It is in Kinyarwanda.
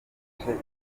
intera